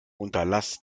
unterlass